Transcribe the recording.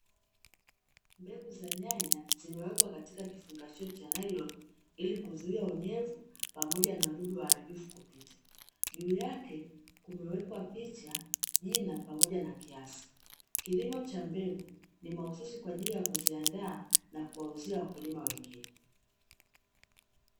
Mbegu za nyanya zimewekwa katika kifungasho cha nailoni ili kuzuia unyevu pamoja na wadudu waharibifu kupita; juu yake kumewekwa picha, jina, pamoja na kiasi. Kilimo cha mbegu ni mahususi kwa ajili ya kuziandaa na kuwauzia wakulima wengine.